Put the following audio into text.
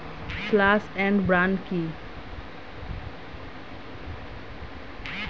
Slash and burn কি?